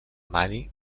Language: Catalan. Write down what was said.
mani